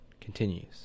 continues